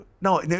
no